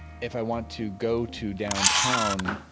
if i want to go to downtown,